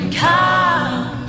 come